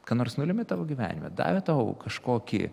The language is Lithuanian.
ką nors nulėmė tavo gyvenime davė tau kažkokį